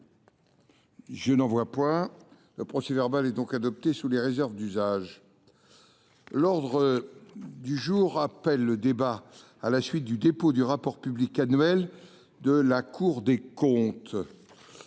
d’observation ?… Le procès verbal est adopté sous les réserves d’usage. L’ordre du jour appelle le débat à la suite du dépôt du rapport public annuel de la Cour des comptes.